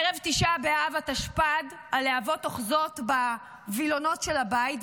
ערב תשעה באב התשפ"ד הלהבות אוחזות בווילונות של הבית,